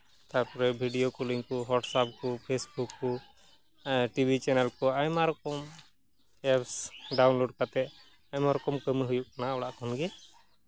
ᱛᱟᱨᱯᱚᱨᱮ video calling ᱠᱚ WhatsApp ᱠᱚ ᱯᱷᱮᱥᱵᱩᱠ ᱠᱚ ᱴᱤᱵᱷᱤ ᱪᱮᱱᱮᱞ ᱠᱚ ᱟᱭᱢᱟ ᱨᱚᱠᱚᱢ ᱮᱯᱥ ᱰᱟᱣᱩᱱᱞᱳᱰ ᱠᱟᱛᱮᱫ ᱟᱭᱢᱟ ᱨᱚᱠᱚᱢ ᱠᱟᱹᱢᱤ ᱦᱩᱭᱩᱜ ᱠᱟᱱᱟ ᱚᱲᱟᱜ ᱠᱷᱚᱱ ᱜᱮ